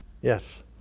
Yes